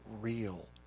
real